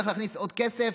צריך להכניס עוד כסף?